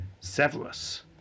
Severus